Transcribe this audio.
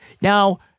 Now